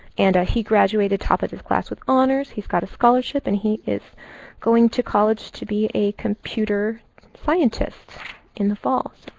and he graduated top of his class with honors. he's got a scholarship. and he is going to college to be a computer scientist in the fall.